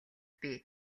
бий